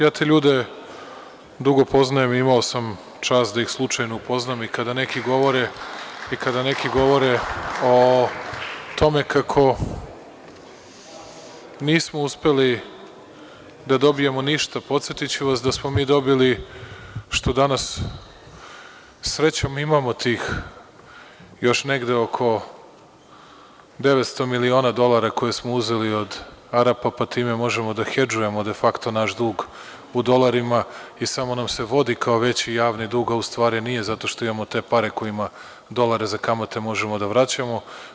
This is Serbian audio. Ja te ljude dugo poznajem, imao sam čast da ih slučajno upoznam i kada neki govore o tome kako nismo uspeli da dobijemo ništa, podsetiću vas da smo mi dobili što danas srećom imamo tih još negde oko 900 miliona dolara koje smo uzeli od Arapa, pa time možemo da hedžujemo de fakto naš dug u dolarima i samo nam se vodi kao veći javni dug, a u stvari nije, zato što imamo te pare kojima dolare za kamate možemo da vraćamo.